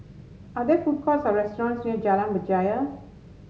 are there food courts or restaurants near Jalan Berjaya